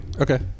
Okay